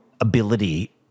ability